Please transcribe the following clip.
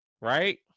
Right